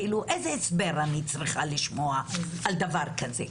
כאילו איזה הסבר אני צריכה לשמוע על דבר כזה?